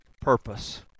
purpose